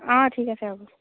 অঁ ঠিক আছে হ'ব